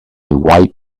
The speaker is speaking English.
white